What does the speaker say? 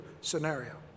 scenario